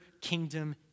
kingdom